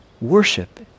Worship